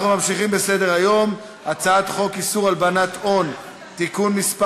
קובע שהצעת חוק מיסוי מקרקעין (שבח ורכישה) (תיקון מס'